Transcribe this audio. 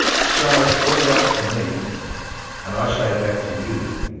say all that to me and i say back to you,